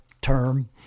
term